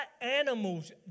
animals